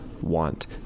want